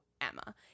Emma